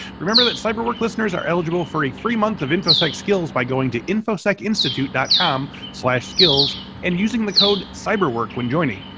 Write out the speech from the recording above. remember that cyber work listeners are eligible for a free month of infosec skills by going to infosecinstitute dot com slash skills and using the code cyberwork when joining.